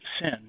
sin